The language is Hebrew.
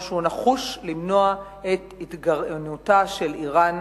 שהוא נחוש למנוע את התגרענותה של אירן,